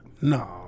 No